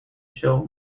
show